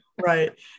Right